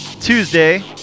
Tuesday